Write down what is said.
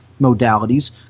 modalities